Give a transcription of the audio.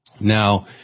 Now